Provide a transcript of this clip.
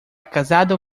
casado